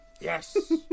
Yes